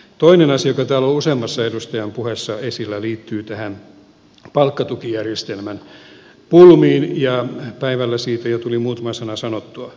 toinen asia joka täällä on ollut useammassa edustajan puheessa esillä liittyy palkkatukijärjestelmän pulmiin ja päivällä siitä jo tuli muutama sana sanottua